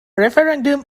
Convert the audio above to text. referendum